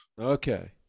okay